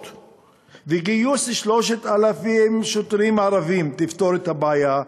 וגיוס 3,000 שוטרים ערבים יפתרו את הבעיה.